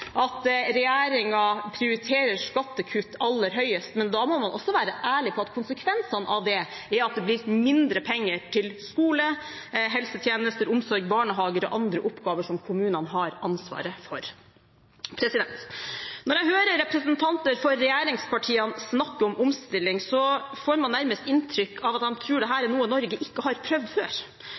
at regjeringen prioriterer skattekutt aller høyest, men da må man også være ærlig på at konsekvensene av det er at det blir mindre penger til skole, helsetjenester, omsorg, barnehager og andre oppgaver som kommunene har ansvaret for. Når jeg hører representanter for regjeringspartiene snakke om omstilling, får jeg nærmest inntrykk av at de tror dette er noe Norge ikke har prøvd før,